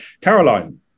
Caroline